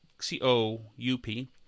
C-O-U-P